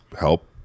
help